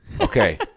okay